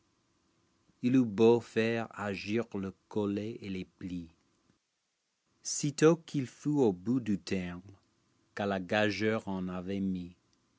il eut beau faire agir le collet et les plis sitôt qu'il fut au bout du terme qu'à la gageure on avait mis